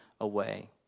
away